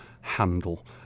handle